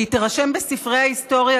והיא תירשם בספרי ההיסטוריה,